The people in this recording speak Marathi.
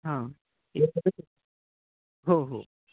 हां हो हो